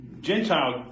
Gentile